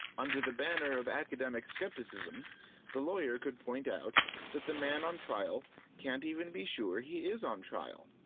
under the banner of academic skepticism the lawyer could point out that the man on trial can't even be sure he is on trial!